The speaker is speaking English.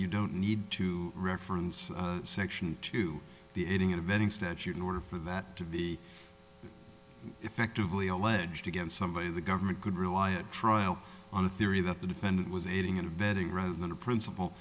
you don't need to reference section to the aiding and abetting statute in order for that to be effectively alleged against somebody the government could rely a trial on the theory that the defendant was aiding and abetting rather than a princip